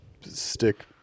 stick